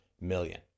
million